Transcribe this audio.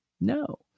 No